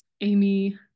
Amy